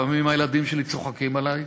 לפעמים הילדים שלי צוחקים עלי,